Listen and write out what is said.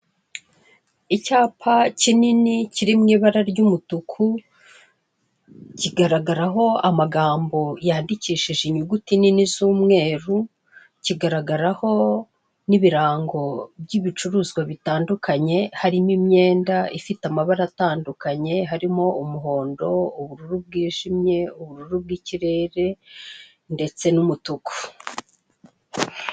Icyapa kinini kiri mu ibara ry'umutuku kigaragaraho amagambo yandikishije inyuguti nini z'umweru, kigaragaraho n'ibirango by'ibicuruzwa bitandukanye harimo imyenda ifite amabara atandukanye harimo umuhondo, ubururu bwijimye, ubururu bw'ikirere ndetse n'umutuku.